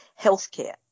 healthcare